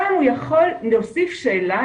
שם הוא יכול להוסיף שאלה,